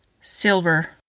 SILVER